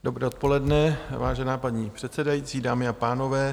Dobré odpoledne, vážená paní předsedající, dámy a pánové.